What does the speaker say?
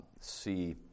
see